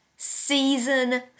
Season